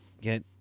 get